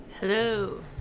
Hello